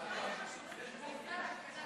(הרכב ועדת שחרורים),